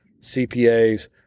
CPAs